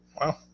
Wow